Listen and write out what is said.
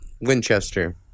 Winchester